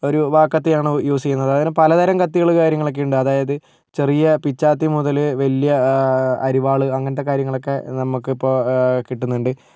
ഒരു വാക്കത്തിയാണ് യൂസ് ചെയ്യുന്നത് അങ്ങനെ പല തരം കത്തികള് കാര്യങ്ങളൊക്കെയുണ്ട് അതായത് ചെറിയ പിച്ചാത്തി മുതല് വലിയ അരിവാള് അങ്ങനത്തെ കാര്യങ്ങളൊക്കെ നമുക്കിപ്പം കിട്ടുന്നുണ്ട്